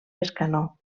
bescanó